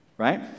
Right